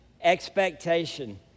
expectation